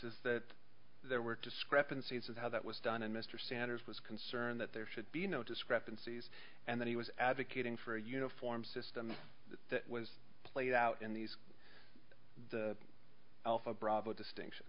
is that there were discrepancies of how that was done and mr sanders was concerned that there should be no discrepancies and that he was advocating for a uniform system that was played out in these alpha bravo distinction